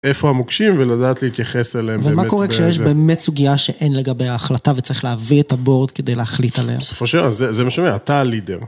איפה המוקשים ולדעת להתייחס אליהם. ומה קורה כשיש באמת סוגיה שאין לגבי ההחלטה וצריך להביא את הבורד כדי להחליט עליה. בסופו של דבר, זה מה שאומר, אתה הלידר.